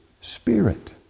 spirit